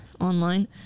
online